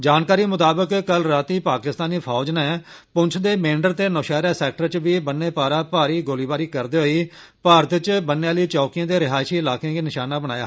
जानकारी मुताबक कल रातीं पाकिस्तानी फौज नै पुंछ दे मेंढर ते नौशेहरा सैक्टर च बी बन्ने पारा भारी गोलीबारी करदे होई भारत च बन्ने आली चौकिएं ते रिहायशी इलाकें गी निशाना बनाया